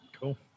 Cool